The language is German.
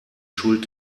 schuld